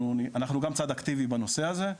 אנחנו גם צד אקטיבי בנושא הזה.